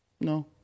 No